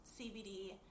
CBD –